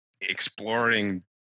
exploring